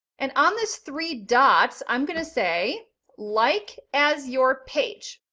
and on this three dots, i'm going to say like as your page,